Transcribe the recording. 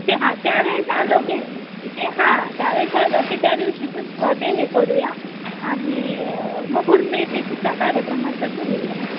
ते हां त्यावेळेस आलो की हां त्यावेळेस आलो की त्या दिवशीचंच ते हे करूया आणि मग पुढचं एफेसीचा कार्यक्रमाचं ठरवूया